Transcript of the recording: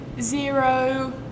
zero